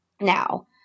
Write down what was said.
Now